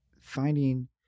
finding